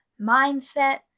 mindset